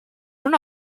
una